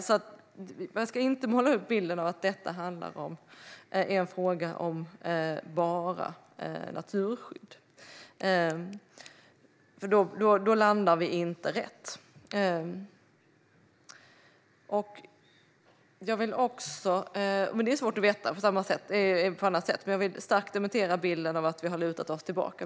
Man ska alltså inte måla upp en bild av att detta är en fråga om bara naturskydd, för då landar man inte rätt. Jag vill starkt dementera bilden av att vi har lutat oss tillbaka.